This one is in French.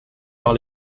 par